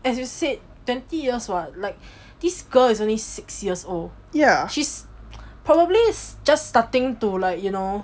as you said twenty years [what] like this girl is only six years old she's probably is just starting to like you know